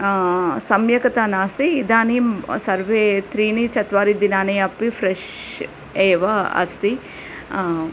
सम्यक्तया नास्ति इदानीं सर्वे त्रीणि चत्वारि दिनानि अपि फ्रेश् एव अस्ति